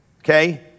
okay